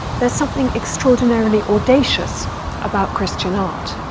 there's something extraordinarily audacious about christian art.